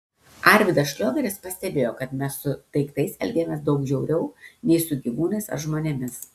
arvydas šliogeris pastebėjo kad mes su daiktais elgiamės daug žiauriau nei su gyvūnais ar žmonėmis